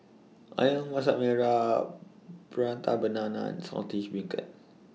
Ayam Masak Merah Prata Banana and Saltish Beancurd